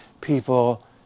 people